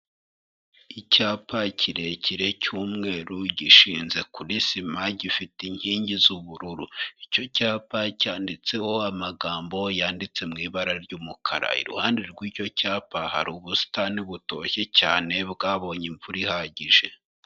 Icyapa kirekire cy'umweru gishinze kuri sima gifite inkingi z'ubururu. Icyo cyapa cyanditseho amagambo yanditse mu ibara ry'umukara. Iruhande rw'icyo cyapa hari ubusitani butoshye cyane bwabonye imvura ihagije.